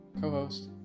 co-host